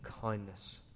kindness